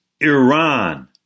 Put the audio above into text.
Iran